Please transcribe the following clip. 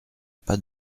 pas